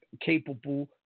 capable